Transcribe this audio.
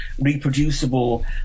reproducible